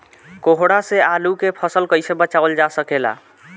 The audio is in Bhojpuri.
कोहरा से आलू के फसल कईसे बचावल जा सकेला?